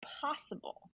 possible